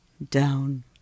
down